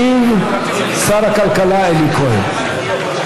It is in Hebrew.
ישיב שר הכלכלה אלי כהן.